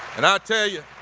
and i tell you,